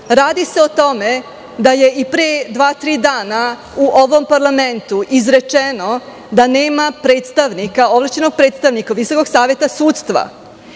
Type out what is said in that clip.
radi se o tome da je i pre dva, tri dana u ovom parlamentu izrečeno da nema ovlašćenog predstavnika Visokog saveta sudstva.